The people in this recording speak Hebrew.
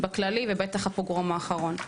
בכללי ובטח הפוגרום האחרון.